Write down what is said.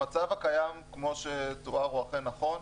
המצב הקיים, כמו שתואר, הוא אכן נכון.